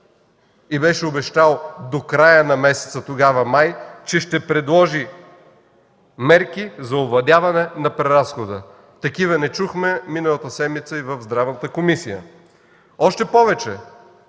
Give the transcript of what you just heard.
и беше обещал до края на месеца – тогава май, че ще предложи мерки за овладяване на преразхода. Такива не чухме миналата седмица и в Здравната комисия. Още повече